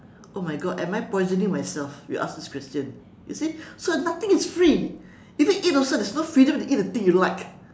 oh my god am I poisoning myself we ask this question you see so nothing is free even eat also there's no freedom to eat the thing you like